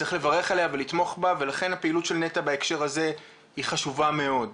צריך לברך עליה ולתמוך בה ולכן הפעילות של נת"ע בהקשר הזה חשובה מאוד.